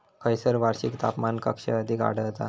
खैयसर वार्षिक तापमान कक्षा अधिक आढळता?